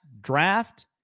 draft